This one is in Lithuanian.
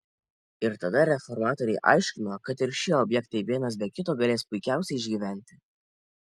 ir tada reformatoriai aiškino kad ir šie objektai vienas be kito galės puikiausiai išgyventi